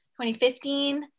2015